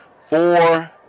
four